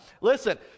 Listen